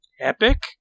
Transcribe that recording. epic